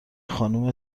خانم